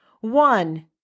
One